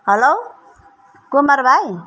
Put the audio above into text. hello Kumar भाइ